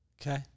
Okay